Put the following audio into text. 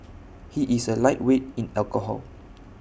he is A lightweight in alcohol